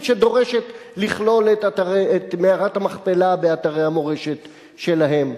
שדורשת לכלול את מערת המכפלה באתרי המורשת שלהם.